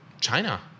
China